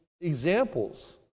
examples